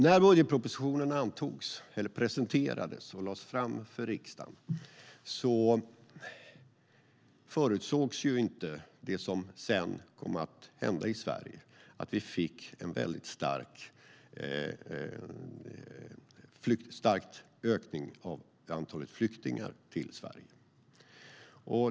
När budgetpropositionen antogs, eller när den presenterades och lades fram för riksdagen, förutsågs inte det som sedan kom att hända i Sverige - att vi fick en väldigt stark ökning av antalet flyktingar till Sverige.